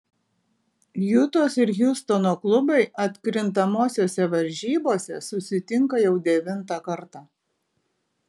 jutos ir hjustono klubai atkrintamosiose varžybose susitinka jau devintą kartą